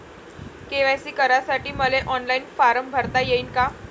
KYC करासाठी मले online form भरता येईन का?